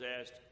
asked